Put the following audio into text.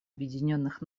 объединенных